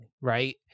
right